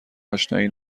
آشنایی